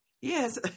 Yes